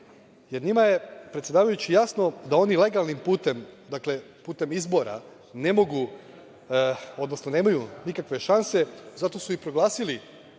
jer njima je predsedavajući, jasno da oni legalnim putem, dakle, putem izbora, ne mogu, odnosno nemaju nikakve šanse i zato su i proglasili